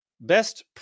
Best